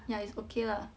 ya it's okay lah